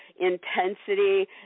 intensity